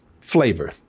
flavor